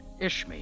Ishmi